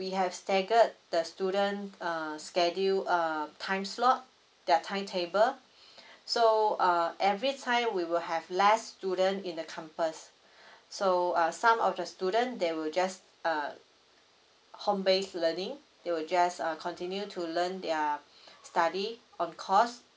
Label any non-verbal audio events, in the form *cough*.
we have staggered the student err schedule err time slot their timetable *breath* so err every time we will have less student in the campus so uh some of the student they will just uh home base learning they will just uh continue to learn their study on course